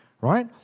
right